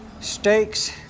Steaks